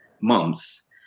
months